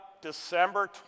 December